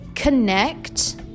Connect